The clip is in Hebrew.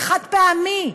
זה חד-פעמי,